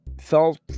felt